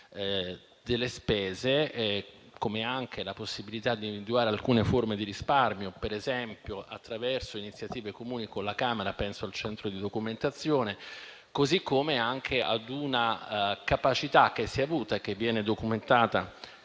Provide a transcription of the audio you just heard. delle spese, così come la possibilità di individuare alcune forme di risparmio, per esempio attraverso iniziative comuni con la Camera dei deputati (penso al centro di documentazione), assieme alla capacità che si è mostrata e viene documentata